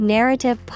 Narrative